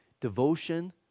devotion